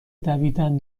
دویدن